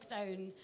lockdown